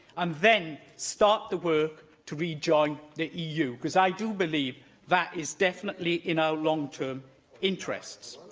and then start the work to rejoin the eu, because i do believe that is definitely in our long-term interests.